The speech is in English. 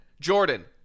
Jordan